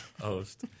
host